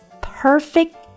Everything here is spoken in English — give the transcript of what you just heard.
perfect